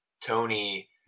Tony